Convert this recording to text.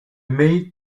made